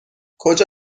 کجا